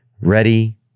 ready